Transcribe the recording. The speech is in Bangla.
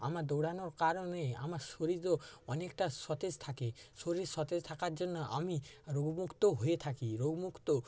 আমার দৌড়ানোর কারণে আমার শরীরও অনেকটা সতেজ থাকে শরীর সতেজ থাকার জন্য আমি রোগমুক্তও হয়ে থাকি রোগমুক্ত